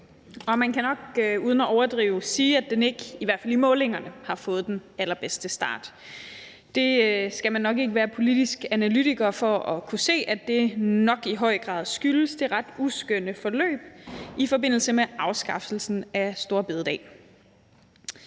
og man kan nok uden at overdrive sige, at den ikke, i hvert fald i målingerne, har fået den allerbedste start. Man skal ikke være politisk analytiker for at kunne se, at det nok i høj grad skyldes det ret uskønne forløb i forbindelse med afskaffelsen af store bededag.